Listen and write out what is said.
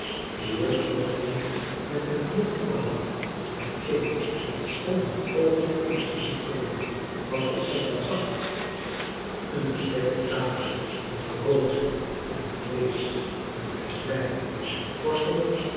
de juffrouw stond met den knop in de hand en keek en kon haar oogen eerst niet gelooven wat of zij dan zag françois haverschmidt familie en kennissen een gedekte tafel met brood en vleesch en een flesch wijn en kortom